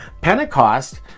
Pentecost